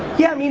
yeah, i mean,